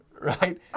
Right